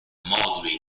moduli